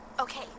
Okay